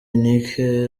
unique